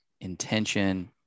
intention